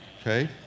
okay